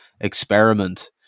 experiment